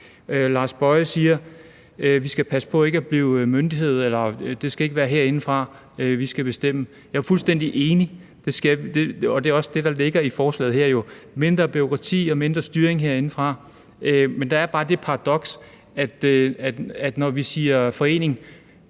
Mathiesen siger, at vi skal passe på ikke at blive myndighed, og at det ikke er herindefra, at vi skal bestemme. Jeg er fuldstændig enig, og det er også det, der ligger i forslaget her: mindre bureaukrati og mindre styring herindefra. Men der er bare det paradoks, at når vi siger forening,